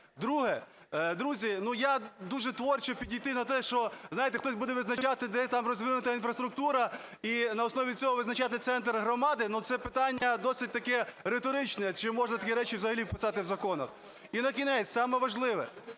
Друге. Друзі, я дуже творчо підійти на те, що, знаєте, хтось буде визначати, де там розвинута інфраструктура, і на основі цього визначати центр громади, ну, це питання досить таке риторичне, чи можна такі речі взагалі писати в законах. І накінець, саме важливе.